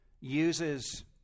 uses